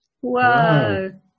Whoa